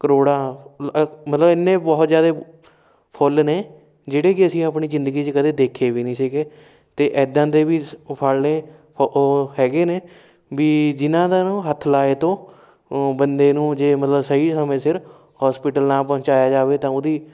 ਕਰੋੜਾਂ ਮਤਲਬ ਇੰਨੇ ਬਹੁਤ ਜ਼ਿਆਦਾ ਫੁੱਲ ਨੇ ਜਿਹੜੇ ਕਿ ਅਸੀਂ ਆਪਣੀ ਜ਼ਿੰਦਗੀ 'ਚ ਕਦੇ ਦੇਖੇ ਵੀ ਨਹੀਂ ਸੀਗੇ ਅਤੇ ਇੱਦਾਂ ਦੇ ਵੀ ਸ ਉਹ ਫਲ ਨੇ ਉਹ ਹੈਗੇ ਨੇ ਵੀ ਜਿਨ੍ਹਾਂ ਦਾ ਇਹਨੂੰ ਹੱਥ ਲਾਏ ਤੋਂ ਬੰਦੇ ਨੂੰ ਜੇ ਮਤਲਬ ਸਹੀ ਸਮੇਂ ਸਿਰ ਹੋਸਪਿਟਲ ਨਾ ਪਹੁੰਚਾਇਆ ਜਾਵੇ ਤਾਂ ਉਹਦੀ